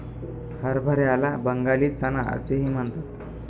हरभऱ्याला बंगाली चना असेही म्हणतात